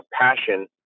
passion